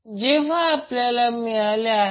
तर जर आकृती प्रत्यक्षात पाहिली तर हि आकृती आहे